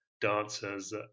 dancers